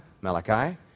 Malachi